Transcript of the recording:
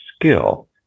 skill